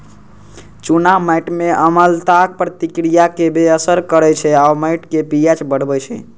चूना माटि मे अम्लताक प्रतिक्रिया कें बेअसर करै छै आ माटिक पी.एच बढ़बै छै